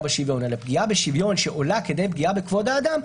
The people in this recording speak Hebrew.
בשוויון אלא פגיעה בשוויון שעולה כדי פגיעה בכבוד האדם,